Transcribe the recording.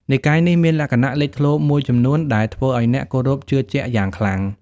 និកាយនេះមានលក្ខណៈលេចធ្លោមួយចំនួនដែលធ្វើឲ្យអ្នកគោរពជឿជាក់យ៉ាងខ្លាំង។